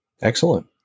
Excellent